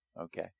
Okay